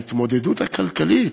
ההתמודדות הכלכלית,